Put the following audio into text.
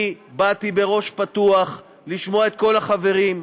אני באתי בראש פתוח לשמוע את כל החברים,